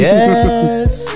Yes